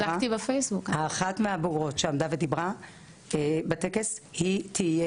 אחת מהבוגרות שעמדה ודיברה בטקס היא תהיה